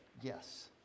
Yes